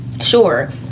sure